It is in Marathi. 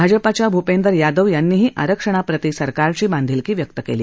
भाजपाच्या भूपेंदर यादव यांनीही आरक्षणाप्रती सरकारची बांधीलकी व्यक्त केली